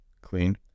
clean